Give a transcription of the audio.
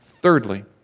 Thirdly